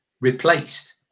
replaced